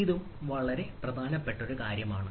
ഇതും പ്രധാനപ്പെട്ട കാര്യമാണ്